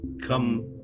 come